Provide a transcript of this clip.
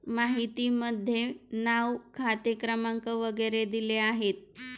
माहितीमध्ये नाव खाते क्रमांक वगैरे दिले आहेत